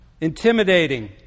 Intimidating